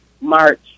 march